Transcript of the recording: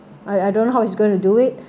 I I don't know how he's going to do it